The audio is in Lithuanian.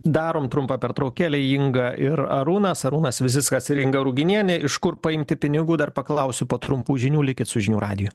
darom trumpą pertraukėlę inga ir arūnas arūnas vizickas ir inga ruginienė iš kur paimti pinigų dar paklausiu po trumpų žinių likit su žinių radiju